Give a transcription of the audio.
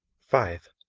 five.